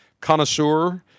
connoisseur